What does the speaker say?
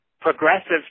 progressive